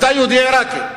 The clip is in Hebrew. אתה יהודי עירקי.